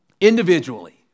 individually